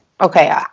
okay